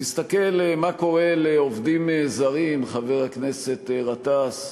תסתכל מה קורה לעובדים זרים, חבר הכנסת גטאס,